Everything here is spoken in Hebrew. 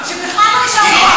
שבכלל לא יישארו,